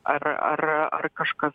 ar ar ar kažkas